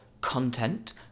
content